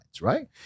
right